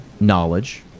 knowledge